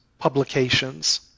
publications